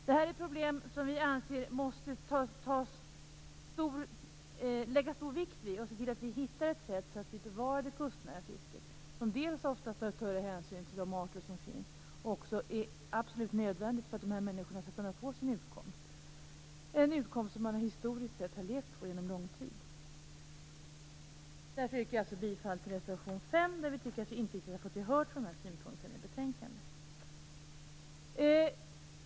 Det är ett problem som vi måste lägga stor vikt vid. Vi måste hitta ett sätt att bevara det kustnära fisket. Det kustnära fisket tar ofta större hänsyn till de arter som finns. Dessutom är det absolut nödvändigt för att dessa människor skall kunna få sin utkomst, en utkomst som de levt på under lång tid, historiskt sett. Jag yrkar bifall till reservation 5. Vi tycker inte att vi har fått gehör för våra synpunkter i betänkandet.